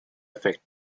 effect